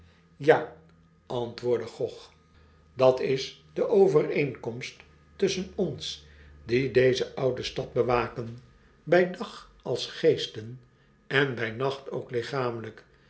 m antwoordde gog n dat is de overeenkomst tusschen ons die deze oude stad bewaken bij dag als geesten en bij nacht ook lichamelyk